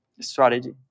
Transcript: strategy